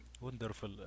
wonderful